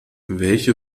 welche